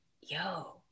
yo